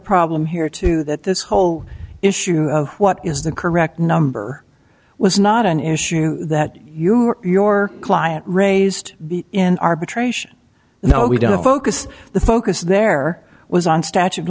problem here too that this whole issue of what is the correct number was not an issue that you or your client raised in arbitration now we don't focus the focus there was on statute of